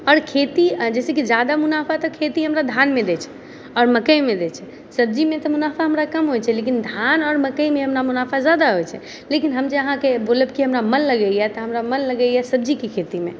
आओर खेती जैसेकी जादा मुनाफा तऽ खेती हमरा धानमे दै छै और मकइमे दै छै सब्जीमे तऽ मुनाफा हमरा कम होइत छै लेकिन धान आओर मकइमे हमरा मुनाफा जादा होइ छै लेकिन हम जे अहाँकेँ बोलब की हमरा मन लगैए हमरा मन लगैए सब्जीके खेतीमे